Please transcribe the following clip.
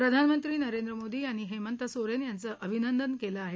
प्रधानमंत्री नरेंद्र मोदी यांनी हेंमत सोरेन यांचं अभिनंदन केलं आहे